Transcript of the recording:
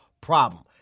problem